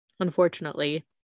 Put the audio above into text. unfortunately